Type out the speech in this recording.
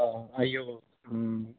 ਹਾਂ ਆਈ ਉਹ ਹਮ